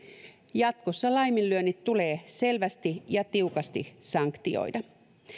jatkossa laiminlyönnit tulee selvästi ja tiukasti sanktioida